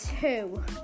two